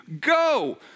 Go